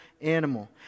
animal